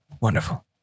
Wonderful